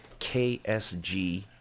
KSG